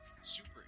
super